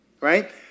Right